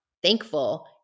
Thankful